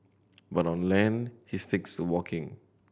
but on land he sticks to walking